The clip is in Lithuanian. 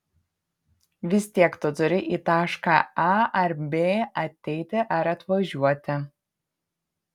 vis tiek tu turi į tašką a ar b ateiti ar atvažiuoti